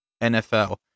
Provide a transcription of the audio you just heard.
NFL